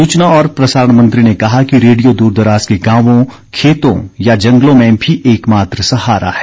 सूचना और प्रसारण मंत्री ने कहा कि रेडियो दूरदराज के गांवों खेतों या जंगलों में भी एकमात्र सहारा है